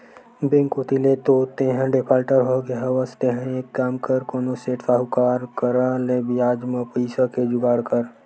bank कोती ले तो तेंहा डिफाल्टर होगे हवस तेंहा एक काम कर कोनो सेठ, साहुकार करा ले बियाज म पइसा के जुगाड़ कर